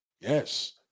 yes